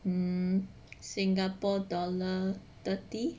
um Singapore dollar thirty